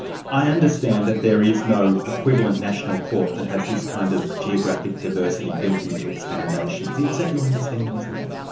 i understand that there is no equivalent national court that has this kind of geographic diversity built into its foundations. is that your understanding as well?